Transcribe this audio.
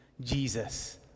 Jesus